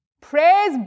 Praise